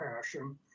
passion